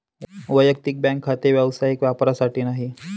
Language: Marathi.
वैयक्तिक बँक खाते व्यावसायिक वापरासाठी नाही